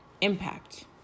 impact